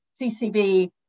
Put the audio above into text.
CCB